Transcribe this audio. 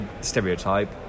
stereotype